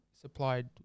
supplied